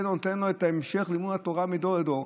זה נותן לנו את ההמשך, לימוד התורה מדור לדור.